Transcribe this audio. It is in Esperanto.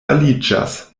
aliĝas